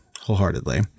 wholeheartedly